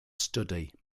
study